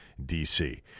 DC